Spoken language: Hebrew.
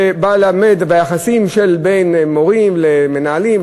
שבא ללמד על היחסים שבין מורים למנהלים,